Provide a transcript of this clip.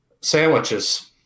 Sandwiches